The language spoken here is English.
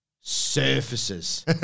surfaces